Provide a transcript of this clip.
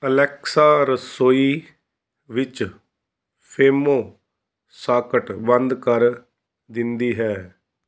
Alexa ਰਸੋਈ ਵਿੱਚ ਫੇਮੋ ਸਾਕਟ ਬੰਦ ਕਰ ਦਿੰਦੀ ਹੈ